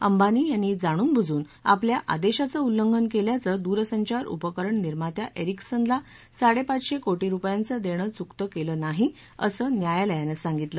अंबानी यांनी जाणून बजून आपल्या आदेशाचं उल्लघन केल्याचं दूरसंचार उपकरण निर्मात्या एरिक्सनला साडेपाचशे कोटी रुपयांचं देणं चुकतं केलं नाही असं न्यायालयानं सांगितलं